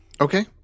Okay